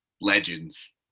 legends